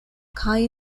kaj